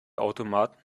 automat